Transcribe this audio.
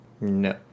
No